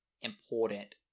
important